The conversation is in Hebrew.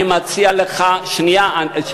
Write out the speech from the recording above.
אני מציע לך, לא צריך חוק בשביל להפלות.